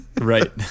right